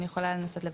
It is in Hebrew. אני יכולה לנסות לברר.